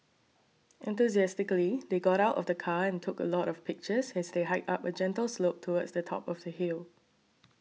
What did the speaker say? enthusiastically they got out of the car and took a lot of pictures as they hiked up a gentle slope towards the top of the hill